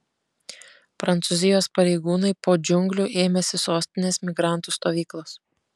prancūzijos pareigūnai po džiunglių ėmėsi sostinės migrantų stovyklos